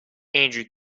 andrew